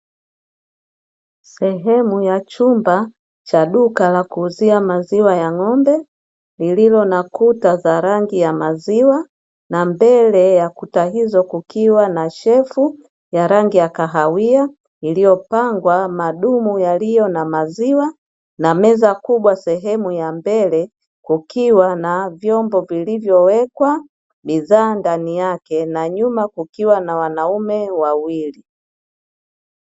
Sehemu ya chumba cha duka la kuuzia maziwa ya ng'ombe lililonakuta za rangi ya maziwa na mbele ya kuta hizo kukiwa na shelfu ya rangi ya kahawia, iliyopangwa madumu yaliyo na maziwa na meza kubwa sehemu ya mbele kwa bidhaa ndani yake na nyuma kukiwa na wanaume wawili.